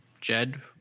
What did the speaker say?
Jed